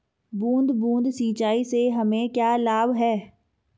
बूंद बूंद सिंचाई से हमें क्या लाभ है?